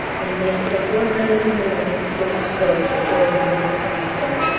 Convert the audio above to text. and makes the four hundred and eleventh british soldier buried in this cemetery.